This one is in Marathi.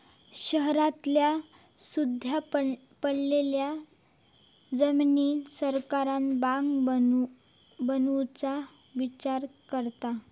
शहरांतल्या सुख्या पडलेल्या जमिनीर सरकार बाग बनवुचा विचार करता